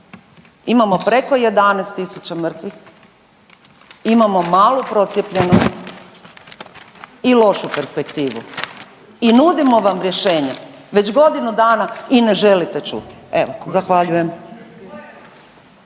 imamo preko 11 tisuća mrtvih, imamo malu procijepljenost i lošu perspektivu i nudimo vam rješenje već godinu dana i ne želite čuti, evo. Zahvaljujem.